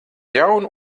jaunu